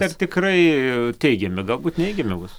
ar tikrai teigiami galbūt neigiami bus